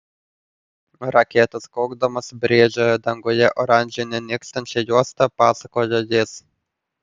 raketos kaukdamos brėžė danguje oranžinę nykstančią juostą pasakojo jis